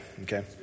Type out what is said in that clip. okay